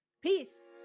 Peace